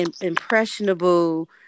impressionable